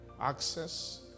access